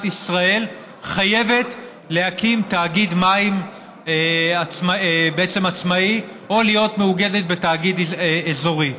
ישראל חייבת להקים תאגיד מים עצמאי או להיות מאוגדת בתאגיד אזורי.